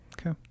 Okay